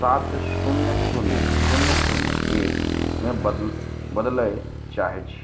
सात शून्य शून्य शून्य शून्य एकमे बद बदलय चाहय छी